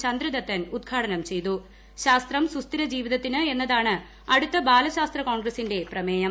ചന്ദ്രദത്തൻ ഉദ്ഘാടനം ചെയ്തു ദ്വീപ് ശാസ്ത്രം സുസ്ഥിര ജീവിതത്തിന് എന്നതാണ് അടുത്ത് ബാലശാസ്ത്ര കോൺഗ്രസിന്റെ പ്രമേയം